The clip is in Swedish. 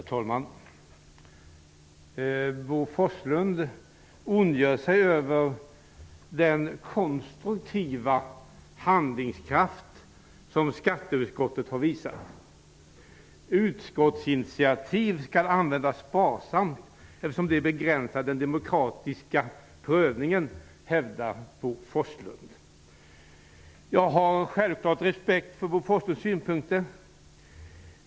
Herr talman! Bo Forslund ondgör sig över den konstruktiva handlingskraft som skatteutskottet har visat. Utskottsinitiativ skall användas sparsamt, eftersom det begränsar den demokratiska prövningen, hävdar Bo Forslund. Jag har självklart respekt för Bo Forslunds synpunkter.